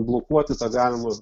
blokuoti tą galimą